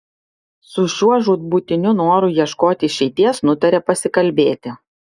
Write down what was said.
su šiuo žūtbūtiniu noru ieškoti išeities nutarė pasikalbėti